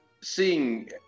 seeing